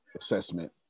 assessment